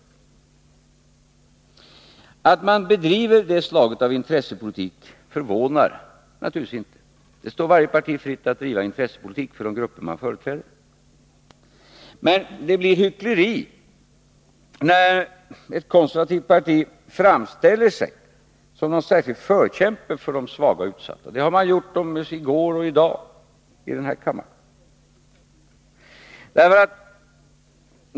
Att man bedriver det slaget av intressepolitik förvånar naturligtvis inte. Det står varje parti fritt att driva intressepolitik för de grupper som företräds. Men det blir hyckleri när ett konservativt parti framställer sig som speciell förkämpe för de svaga och utsatta. Det har man gjort både i går och i dag i denna kammare.